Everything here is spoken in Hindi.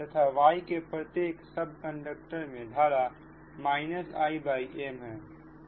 तथा Y के प्रत्येक सब कंडक्टर मे धारा Im है